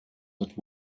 that